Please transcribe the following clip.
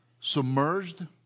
Submerged